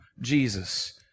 Jesus